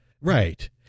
Right